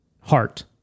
heart